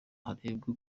harebwe